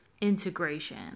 integration